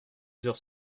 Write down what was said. heures